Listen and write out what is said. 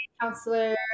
counselor